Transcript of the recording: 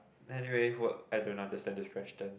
anyway I don't understand this question